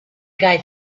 guy